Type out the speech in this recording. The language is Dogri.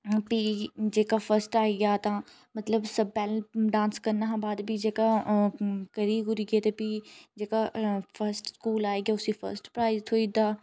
भी जेह्का फर्स्ट आइया तां मतलब सब पैह्लें डांस करना हा बाद भी करी कुरियै जेह्का भी जेह्का फर्स्ट स्कूल आइया उसी फर्स्ट प्राइज़ थ्होई दा